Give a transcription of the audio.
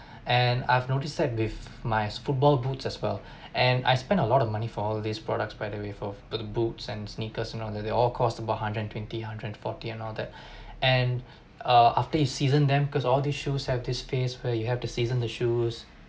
and I've noticed that with my football boots as well and I spend a lot of money for all these products by the way for for the boots and sneakers you know that they all cost about one hundred and twenty hundred and forty and all that and uh after it season them because all this shoes have this phase where you have to season the shoes